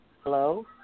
Hello